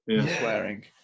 swearing